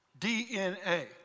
DNA